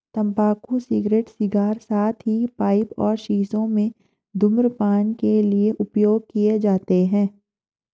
तंबाकू cigarette, cigar, साथ ही पाइप और शीशों में धूम्रपान के लिए उपयोग किए जाते हैं